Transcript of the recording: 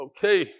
Okay